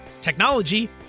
technology